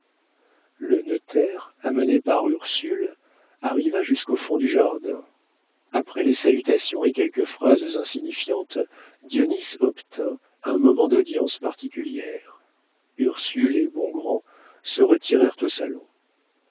le notaire amené par ursule arriva jusqu'au fond du jardin après les salutations et quelques phrases insignifiantes dionis obtint un moment d'audience particulière ursule et bongrand se retirèrent au salon